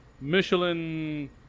Michelin